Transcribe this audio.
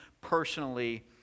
personally